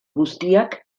guztiak